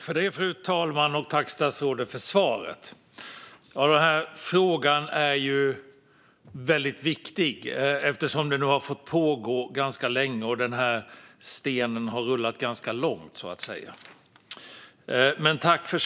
Fru talman! Tack, statsrådet, för svaret! Den här frågan är ju väldigt viktig eftersom detta nu har fått pågå ganska länge och stenen har rullat rätt långt, så att säga.